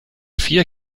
vier